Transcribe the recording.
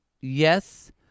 yes